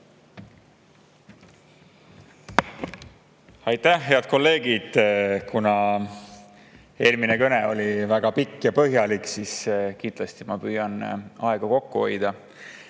nii. Head kolleegid! Kuna eelmine kõne oli väga pikk ja põhjalik, siis kindlasti ma püüan aega kokku hoida.